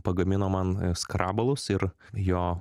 pagamino man skrabalus ir jo